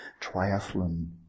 triathlon